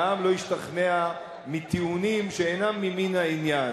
והעם לא ישתכנע מטיעונים שאינם ממין העניין.